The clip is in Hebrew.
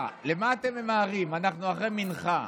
קיש ביקש שהוא יסיים, את מבקשת, אני אשאל את קיש?